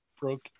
broke